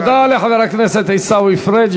תודה לחבר הכנסת עיסאווי פריג'.